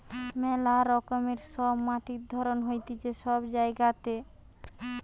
মেলা রকমের সব মাটির ধরণ হতিছে সব জায়গাতে